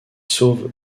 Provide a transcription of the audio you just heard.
sauve